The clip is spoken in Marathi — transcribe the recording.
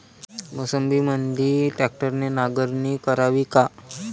मोसंबीमंदी ट्रॅक्टरने नांगरणी करावी का?